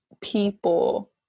people